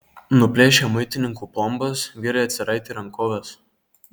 nuplėšę muitininkų plombas vyrai atsiraitė rankoves